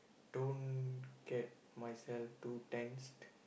don't get myself too tense